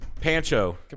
Pancho